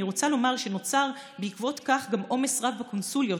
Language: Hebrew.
אני רוצה לומר שבעקבות כך נוצר גם עומס רב בקונסוליות.